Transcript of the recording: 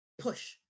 push